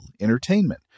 entertainment